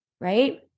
right